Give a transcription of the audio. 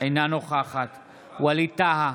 אינה נוכחת ווליד טאהא,